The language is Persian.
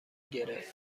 گرفت